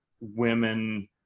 women